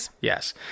Yes